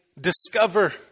discover